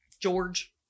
George